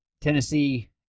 Tennessee